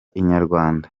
inyarwanda